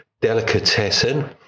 Delicatessen